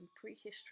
prehistory